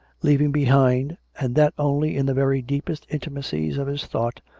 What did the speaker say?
leaving behind, and that only in the very deepest intimacies of his thought,